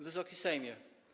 Wysoki Sejmie!